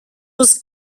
was